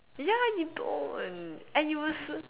ya you don't and you will s~